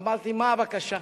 אמרתי: מה הבקשה?